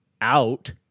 out